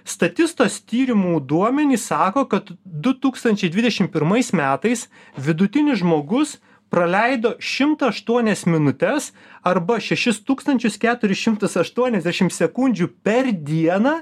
statistos tyrimų duomenys sako kad du tūktančiai dvidešim pirmais metais vidutinis žmogus praleido šimtą aštuonias minutes arba šešis tūkstančius keturis šimtus aštuoniasdešim sekundžių per dieną